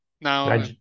now